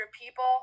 people